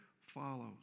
follows